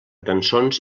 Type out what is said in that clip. cançons